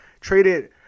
Traded